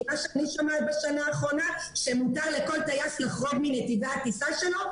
מה שאני שומעת בשנה האחרונה זה שמותר לכל טייס לחרוג מנתיבי הטיסה שלו.